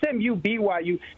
SMU-BYU